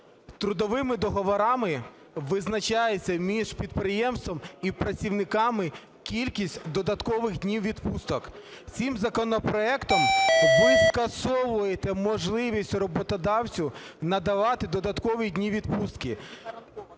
трудовими договорами визначається між підприємством і працівниками кількість додаткових днів відпусток. Цим законопроектом ви скасовуєте можливість роботодавцю надавати додаткові дні відпустки,